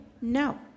No